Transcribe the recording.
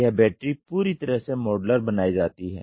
यह बैटरी पूरी तरह से मॉड्यूलर बनायीं जाती है